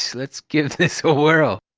so let's give this a whirl.